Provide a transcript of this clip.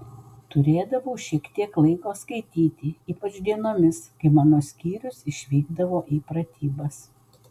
turėdavau šiek tiek laiko skaityti ypač dienomis kai mano skyrius išvykdavo į pratybas